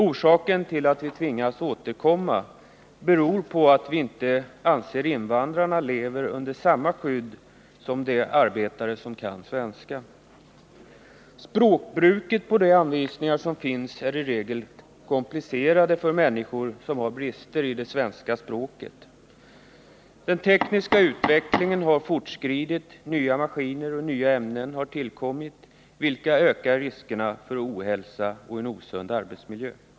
Orsaken till att vi tvingas återkomma är att vi inte anser att invandrarna har samma skydd som de arbetare som kan svenska. Språket i anvisningarna är i regel komplicerat för människor som har bristfälliga kunskaper i svenska. Den tekniska utvecklingen har fortskridit. Nya maskiner och nya ämnen har tillkommit, vilka ökar riskerna för ohälsa och osund arbetsmiljö.